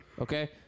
Okay